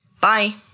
Bye